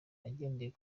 agendeye